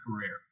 career